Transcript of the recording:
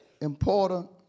important